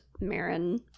Marin